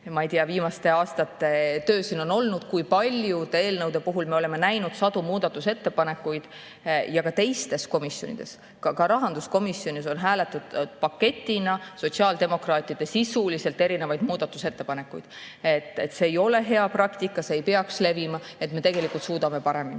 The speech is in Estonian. see viimaste aastate töö siin on olnud, kui paljude eelnõude puhul me oleme näinud sadu muudatusettepanekuid, ja ka teistes komisjonides, ka rahanduskomisjonis on hääletatud paketina sotsiaaldemokraatide sisuliselt erinevaid muudatusettepanekuid – see ei ole hea praktika, see ei peaks levima, me tegelikult suudame paremini.